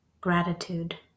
gratitude